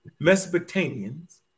mesopotamians